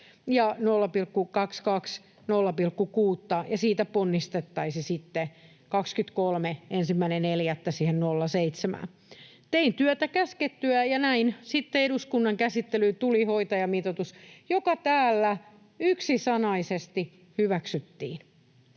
0,6:ta, ja siitä ponnistettaisiin 1.4.23 sitten siihen 0,7:ään. Tein työtä käskettyä, ja näin sitten eduskunnan käsittelyyn tuli hoitajamitoitus, joka täällä yksisanaisesti hyväksyttiin.